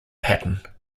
pattern